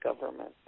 government